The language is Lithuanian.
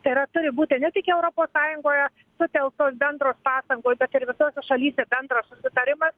tai yra turi būti ne tik europos sąjungoje sutelktos bendros pastangos bet ir visose šalyse bendras susitarimas